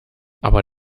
aber